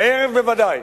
בערב בוודאי,